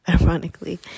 ironically